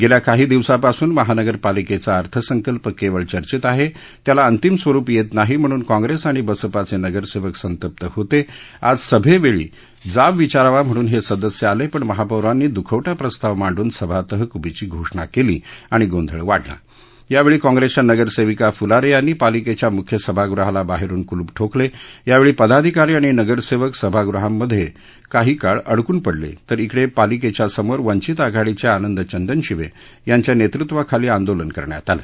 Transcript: गेल्या काही दिवसापासून महानगरपालिकेचा अर्थसंकल्प केवळ चर्चेत आहे त्याला अंतिम स्वरूप येत नाही म्हणून काँग्रेस आणि बसपाचे नगरसेवक संतप्त होते आज सभेवेळी जाब विचारावा म्हणून हे सदस्य आले पण महापौरांनी द्खवटा प्रस्ताव मांडून सभा तहक्बी ची घोषणा केली आणि गोंधळ वाढला या वेळी काँग्रेसच्या नगरसेविका फुलारे यांनी पालिकेच्या मुख्य सभागृहाला बाहेरून क्लूप ठोकले यावेळी पदाधिकारी आणि नगरसेवक सभागृहांमध्ये काही काळ अडकून पडले तर इकडे पालिकेच्या समोर वंचित आघाडीचे आनंद चंदनशिवे यांच्या नेतृत्वाखाली आंदोलन करण्यात आलं